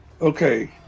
Okay